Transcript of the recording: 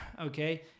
Okay